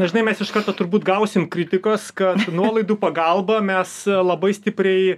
dažnai mes iš karto turbūt gausim kritikos kad nuolaidų pagalba mes labai stipriai